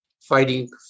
fighting